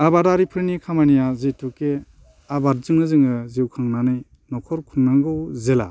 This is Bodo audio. आबादारिफोरनि खामानिया जेथुके आबादजोंनो जोङो जिउ खांनानै न'खर खुंनांगौ जेब्ला